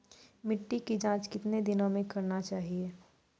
मिट्टी की जाँच कितने दिनों मे करना चाहिए?